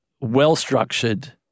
well-structured